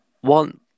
one